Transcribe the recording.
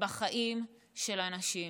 בחיים של אנשים.